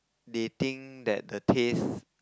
they think that the taste